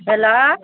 hello